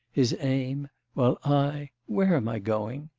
his aim while i where am i going?